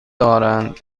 دارند